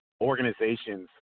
organizations